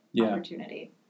opportunity